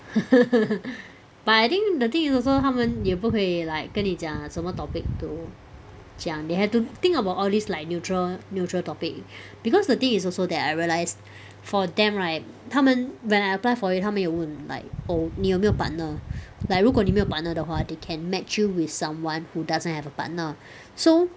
but I think the thing is also 他们也不可以 like 跟你讲什么 topic to 讲 they have to think about all this like neutral neutral topic because the thing is also that I realize for them right 他们 when I apply for it 他们有问 like oh 你有没有 partner like 如果你没有 partner 的话 they can match you with someone who doesn't have a partner so